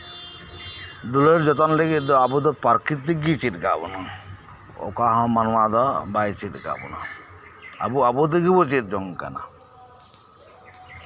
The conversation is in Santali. ᱛᱩᱞᱟᱹᱣ ᱡᱚᱛᱚᱱ ᱞᱟᱹᱜᱤᱫ ᱫᱚ ᱟᱵᱚ ᱫᱚ ᱯᱨᱟᱠᱤᱨᱛᱤᱠ ᱜᱮ ᱪᱮᱫ ᱠᱟᱜ ᱵᱚᱱᱟ ᱚᱠᱟ ᱢᱟᱱᱣᱟ ᱫᱚ ᱵᱟᱭ ᱪᱮᱫ ᱠᱟᱜ ᱵᱚᱱᱟ ᱟᱵᱚ ᱟᱵᱚ ᱛᱮᱜᱮ ᱵᱚᱱ ᱪᱮᱫ ᱡᱚᱝ ᱠᱟᱱᱟ